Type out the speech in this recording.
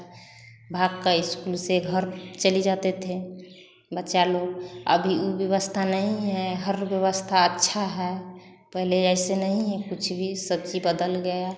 भाग कर स्कूल से घर चले जाते थे बच्चा लोग अब वह व्यवस्था नहीं है हर व्यवस्था अच्छा है पहले जैसे नहीं कुछ भी सब चीज़ बदल गया